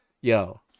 yo